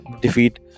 defeat